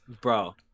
Bro